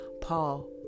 Paul